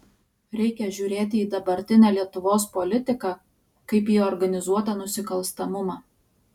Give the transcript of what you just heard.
reikia žiūrėti į dabartinę lietuvos politiką kaip į organizuotą nusikalstamumą